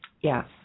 Yes